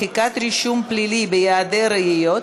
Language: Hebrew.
מחיקת רישום פלילי בהיעדר ראיות),